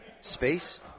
space